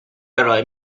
ارائه